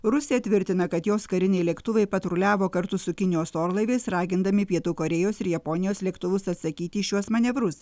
rusija tvirtina kad jos kariniai lėktuvai patruliavo kartu su kinijos orlaiviais ragindami pietų korėjos ir japonijos lėktuvus atsakyti į šiuos manevrus